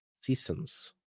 Seasons